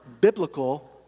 biblical